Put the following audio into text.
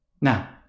Now